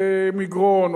למגרון,